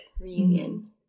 reunion